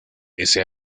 ese